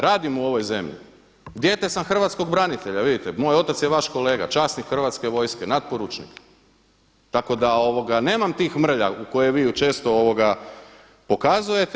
Radim u ovoj zemlje, dijete sam hrvatskog branitelja, vidite, moj otac je vaš kolega, časnik Hrvatske vojske, natporučnik tako da nemam tih mrlja koje vi često pokazujete.